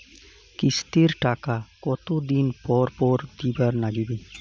কিস্তির টাকা কতোদিন পর পর দিবার নাগিবে?